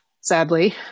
sadly